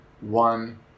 one